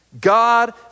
God